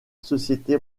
société